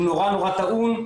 הוא נורא נורא טעון,